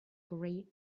great